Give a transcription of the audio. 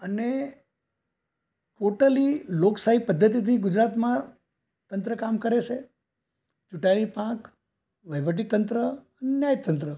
અને ટોટલી લોકશાહી પદ્ધતિથી ગુજરાતમાં તંત્ર કામ કરે છે ચૂંટાયેલી પાંખ વહીવટી તંત્ર ન્યાય તંત્ર